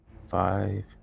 five